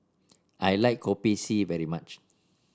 I like Kopi C very much